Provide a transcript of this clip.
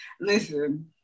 Listen